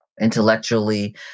intellectually